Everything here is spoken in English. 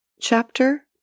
Chapter